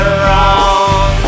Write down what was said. wrong